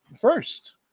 first